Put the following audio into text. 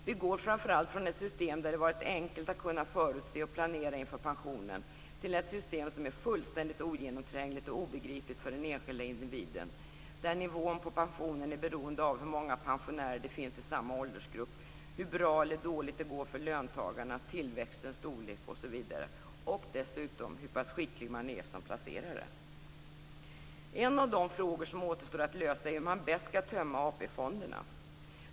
Vi går framför allt från ett system där det varit enkelt att förutse och planera inför pensionen till ett system som är fullständigt ogenomträngligt och obegripligt för den enskilda individen. Nivån på pensionen kommer att vara beroende av hur många pensionärer det finns i samma åldersgrupp, hur bra eller dåligt det går för löntagarna, tillväxtens storlek osv. och dessutom hur pass skicklig man är som placerare. En av de frågor som återstår att lösa är hur man bäst skall tömma AP-fonderna.